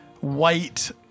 white